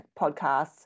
podcasts